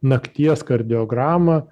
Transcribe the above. nakties kardiogramą